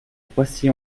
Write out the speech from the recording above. roissy